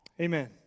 Amen